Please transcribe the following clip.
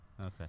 Okay